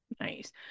Nice